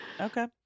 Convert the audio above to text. Okay